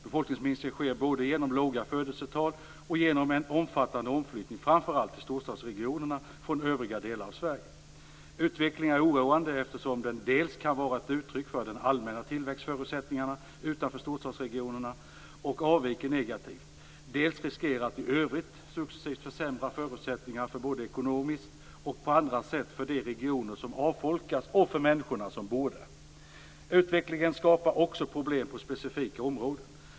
Befolkningsminskningen sker både genom låga födelsetal och genom en omfattande omflyttning framför allt till storstadsregionerna från övriga delar av Sverige. Utvecklingen är oroande eftersom den dels kan vara ett uttryck för att de allmänna tillväxtförutsättningarna utanför storstadsregionerna avviker negativt, dels riskerar att i övrigt successivt försämra förutsättningarna både ekonomiskt och på andra sätt för de regioner som avfolkas och för människorna som bor där. Utvecklingen skapar också problem på specifika områden.